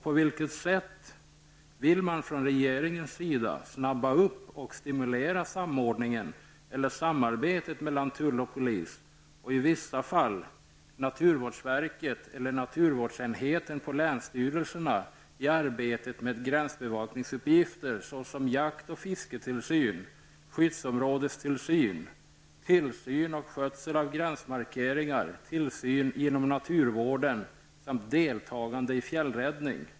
På vilket sätt vill man från regeringens påskynda och stimulera samordningen eller samarbetet mellan tull och polis och i vissa fall naturvårdsverket och naturvårdsenheten på länsstyrelserna i arbetet med gränsbevakningsuppgifter, såsom jakt och fisketillsyn, skyddsområdestillsyn, tillsyn och skötsel av gränsmarkeringar, tillsyn inom naturvården samt deltagande i fjällräddning?